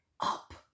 up